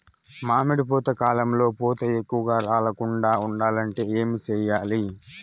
మామిడి పూత కాలంలో పూత ఎక్కువగా రాలకుండా ఉండాలంటే ఏమి చెయ్యాలి?